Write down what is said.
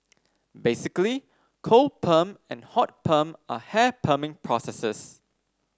basically cold perm and hot perm are hair perming processes